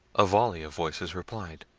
a volley of voices replied,